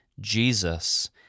Jesus